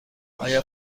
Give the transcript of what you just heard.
آیا